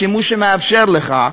שימוש שמאפשר לך,